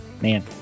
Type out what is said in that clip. Man